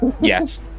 Yes